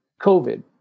COVID